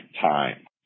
time